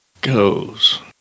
goes